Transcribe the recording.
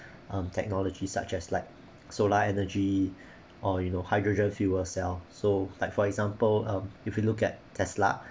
um technology such as like solar energy or you know hydrogen fuel cell so like for example um if you look at tesla